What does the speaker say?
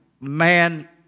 man